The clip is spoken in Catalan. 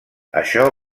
això